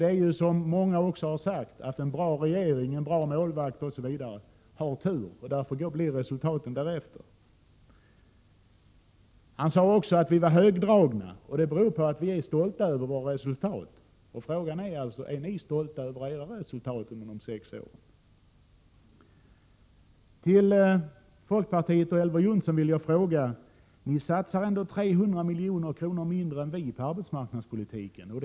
Det är som många har sagt: en bra regering och en bra målvakt skall ha tur, då blir resultaten därefter. Bengt Wittbom sade också att vi är högdragna. Det beror på att vi är stolta över våra resultat. Frågan är alltså: Är ni stolta över era resultat under de sex åren? Till folkpartiet och Elver Jonsson vill jag säga följande. Ni satsar 300 milj.kr. mindre än vi på arbetsmarknadspolitiken.